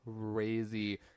crazy